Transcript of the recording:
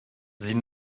sie